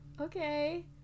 Okay